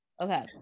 okay